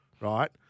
Right